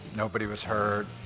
nobody was hurt.